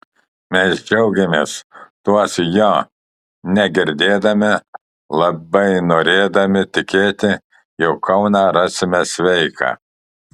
mes džiaugėmės tuos jo ne girdėdami labai norėdami tikėti jog kauną rasime sveiką